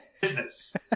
business